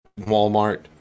Walmart